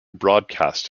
broadcast